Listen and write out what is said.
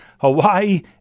Hawaii